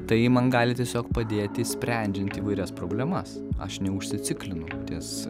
tai man gali tiesiog padėti sprendžiant įvairias problemas aš neužsiciklinu ties